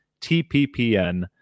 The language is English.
tppn